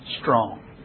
strong